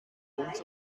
uns